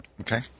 Okay